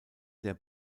der